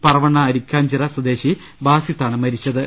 പറവണ്ണ അരിക്കാഞ്ചിലം സ്വദേശി ബാസി ത്താണ് മരിച്ചത്